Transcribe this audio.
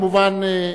כמובן,